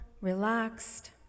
relaxed